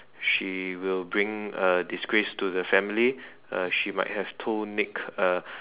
she will bring uh disgrace to the family uh she might have told Nick uh